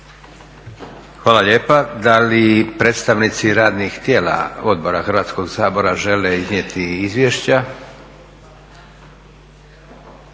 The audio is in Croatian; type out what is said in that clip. Hvala lijepa. Da li predstavnici radnih tijela Odbora Hrvatskoga sabora žele iznijeti izvješća?